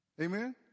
Amen